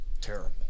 terrible